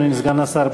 אדוני סגן השר,